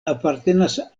apartenas